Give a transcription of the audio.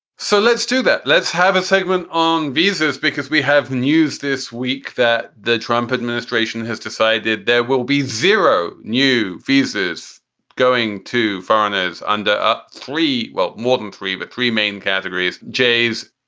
so let's do that. let's have a segment on visas, because we have news this week that the trump administration has decided there will be zero new visas going to foreigners under ah three. well, more than three. the but three main categories, j s,